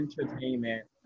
entertainment